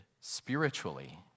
spiritually